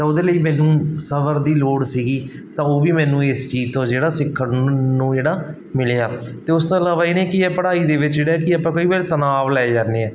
ਤਾਂ ਉਹਦੇ ਲਈ ਮੈਨੂੰ ਸਬਰ ਦੀ ਲੋੜ ਸੀਗੀ ਤਾਂ ਉਹ ਵੀ ਮੈਨੂੰ ਇਸ ਚੀਜ਼ ਤੋਂ ਜਿਹੜਾ ਸਿੱਖਣ ਨੂੰ ਜਿਹੜਾ ਮਿਲਿਆ ਅਤੇ ਉਸ ਤੋਂ ਇਲਾਵਾ ਇਹਨੇ ਕੀ ਹੈ ਪੜ੍ਹਾਈ ਦੇ ਵਿੱਚ ਜਿਹੜਾ ਕਿ ਆਪਾਂ ਕਈ ਵਾਰ ਤਨਾਵ ਲੈ ਜਾਂਦੇ ਹਾਂ